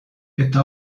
eta